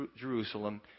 Jerusalem